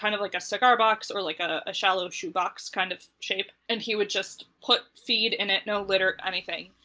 kind of like a cigar box or like a shallow shoebox kind of shape, and he would just put feed in it, no lid or anything.